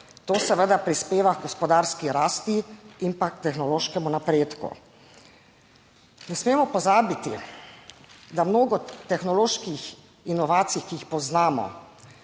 To seveda prispeva h gospodarski rasti in pa tehnološkemu napredku. Ne smemo pozabiti, da mnogo tehnoloških inovacij, ki jih poznamo,